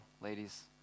ladies